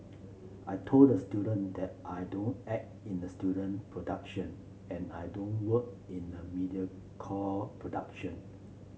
I told the student that I don't act in a student production and I don't work in a mediocre production